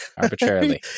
arbitrarily